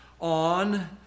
on